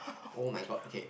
oh-my-god okay